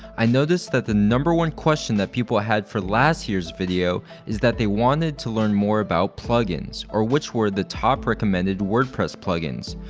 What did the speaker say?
i noticed that the number one question that people had for last year's video is that they wanted to learn more about plugins, or which were the top recommended wordpress plugins.